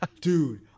Dude